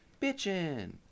bitchin